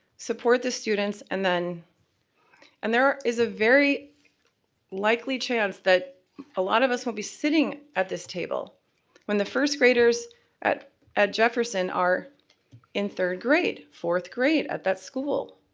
support the students, and and there is a very likely chance that a lot of us won't be sitting at this table when the first graders at at jefferson are in third grade, fourth grade, at that school,